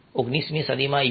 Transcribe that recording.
OKs 19મી સદીમાં you